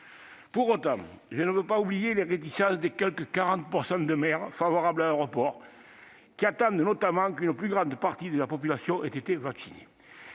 Pour autant, je ne veux pas oublier les réticences des quelque 40 % de maires favorables à un report, qui attendent notamment qu'une plus grande partie de la population ait été vaccinée.